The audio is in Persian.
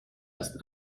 است